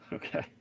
Okay